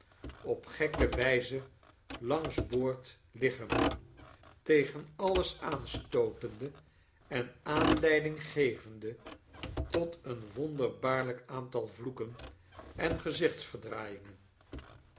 op gekke wijze langs boord liggen tegen alles aanstootende en aanleiding gevende tot een wonderbaarlijk aantal vloeken en